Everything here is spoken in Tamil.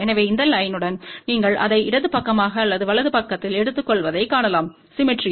எனவே இந்த லைன் யுடன் நீங்கள் அதை இடது பக்கமாக அல்லது வலது பக்கத்தில் எடுத்துக்கொள்வதைக் காணலாம் சிம்மெட்ரி